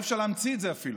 אי-אפשר להמציא את זה אפילו.